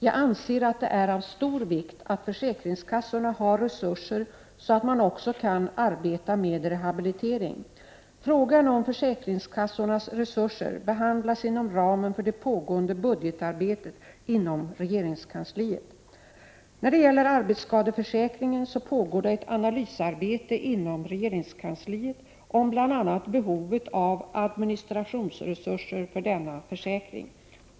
Jag anser att det är av stor vikt att försäkringskassorna har resurser så att man också kan arbeta med rehabilitering. Frågan om försäkringskassornas resurser behandlas inom ramen för det pågående budgetarbetet inom regeringskansliet. När det gäller arbetsskadeförsäkringen pågår ett analysarbete inom regeringskansliet om bl.a. behovet av administrationsresurser för denna försäkring.